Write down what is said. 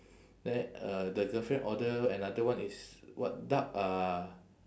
then uh the girlfriend order another one is what duck uh